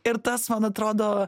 ir tas man atrodo